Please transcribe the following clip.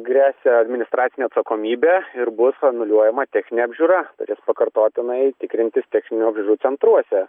gresia administracinė atsakomybė ir bus anuliuojama techninė apžiūra turės pakartotinai tikrintis techninių apžiūrų centruose